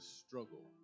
struggle